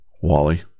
Wally